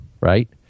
right